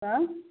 तब